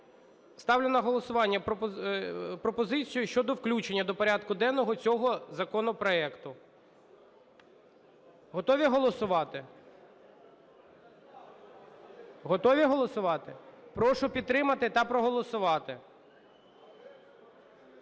ставлю на голосування пропозицію щодо включення до порядку денного цього законопроекту. Готові голосувати? Готові голосувати? Прошу підтримати та проголосувати.